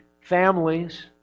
families